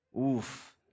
Oof